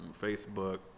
Facebook